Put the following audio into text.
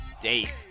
Dave